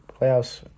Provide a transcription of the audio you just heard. playoffs